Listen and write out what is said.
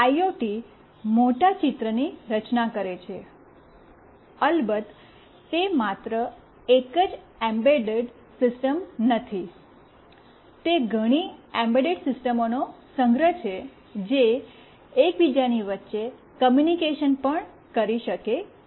IoT મોટા ચિત્રની રચના કરે છે અલબત્ત તે માત્ર એક જ એમ્બેડ સિસ્ટમ નથી તે ઘણી એમ્બેડ કરેલી સિસ્ટમ્સનો સંગ્રહ છે જે એકબીજાની વચ્ચે કૉમ્યૂનિકેશન પણ કરી શકે છે